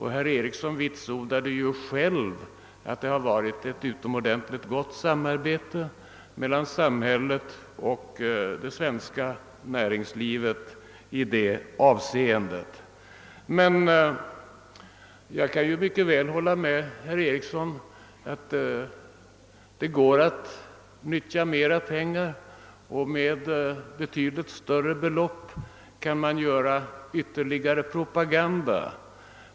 Herr Ericsson vitsordade ju att det varit ett utomordentligt gott samarbete mellan samhället och det svenska näringslivet i detta avseende. Men jag kan hålla med herr Ericsson om att det skulle gå att ställa mera pengar till förfogande, och med betydligt större belopp kan man göra ytterligare propaganda.